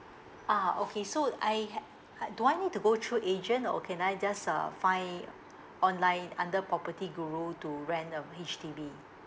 ah okay so I had do I need to go through agent or can I just uh find online under property guru to rent a H_D_B